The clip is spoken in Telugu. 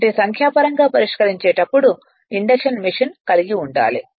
కాబట్టి సంఖ్యాపరంగా పరిష్కరించేటప్పుడు ఇండక్షన్ మెషీన్ కలిగి ఉండాలి